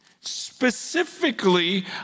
Specifically